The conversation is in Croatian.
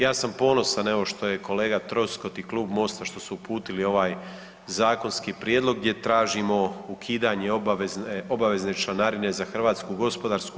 Ja sam ponosan, evo, što je kolega Troskot i Klub Mosta što su uputili ovaj zakonski prijedlog gdje tražimo ukidanje obavezne članarine za HGK.